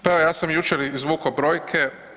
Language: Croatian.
Pa evo ja sam jučer izvukao brojke.